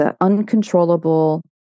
uncontrollable